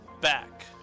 back